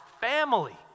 family